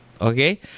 okay